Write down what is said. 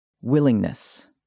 Willingness